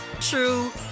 true